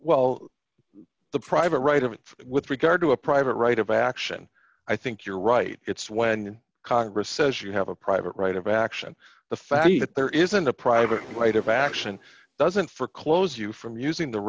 well the private right of it with regard to a private right of action i think you're right it's when congress says you have a private right of action the fact that there isn't a private right of action doesn't for close you from using the